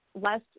less